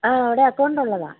ആ അവിടെ അക്കൗണ്ട് ഉള്ളതാണ്